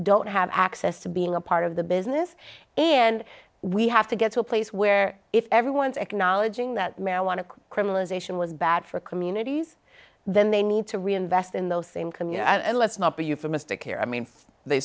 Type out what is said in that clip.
don't have access to being a part of the business and we have to get to a place where if everyone's acknowledging that marijuana criminalization was bad for communities then they need to reinvest in those same community and let's not be euphemistic here i mean they